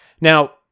now